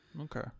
Okay